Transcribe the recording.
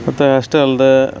ಮತ್ತು ಅಷ್ಟೇ ಅಲ್ದೆ